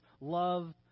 love